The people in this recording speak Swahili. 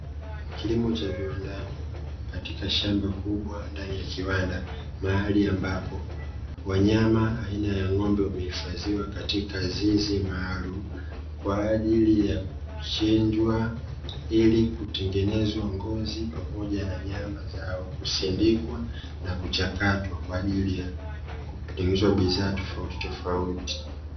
Kilimo cha viwandani katika shamba kubwa ndani ya kiwanda. Mahali ambapo wanyama aina ya ng'ombe wamehifadhiwa katika zizi maalumu kwa ajili ya kuchinjwa ili kutengenezwa ngozi pamoja na nyama zao, kusindikwa na kuchakatwa kwa ajili ya kutengeneza bidhaa tofautitofauti.